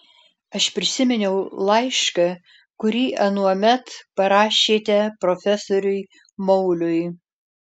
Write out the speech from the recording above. aš prisiminiau laišką kurį anuomet parašėte profesoriui mauliui